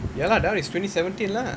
ya lah that [one] is twenty seventeen lah